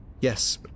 Yes